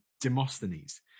Demosthenes